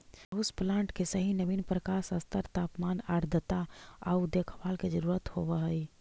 house plant के सही नवीन प्रकाश स्तर तापमान आर्द्रता आउ देखभाल के जरूरत होब हई